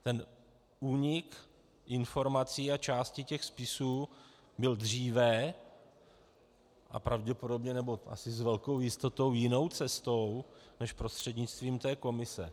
Ten únik informací a části těch spisů byl dříve a pravděpodobně, nebo s velkou jistotou jinou cestou než prostřednictvím té komise.